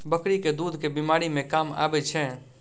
बकरी केँ दुध केँ बीमारी मे काम आबै छै?